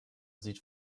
sieht